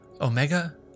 Omega